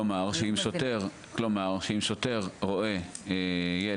כלומר, אם, לצורך העניין, שוטר רואה ילד